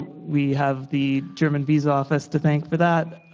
we have the german visa office to thank for that.